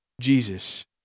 Jesus